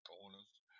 corners